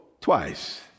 twice